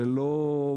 ולא,